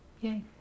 Yay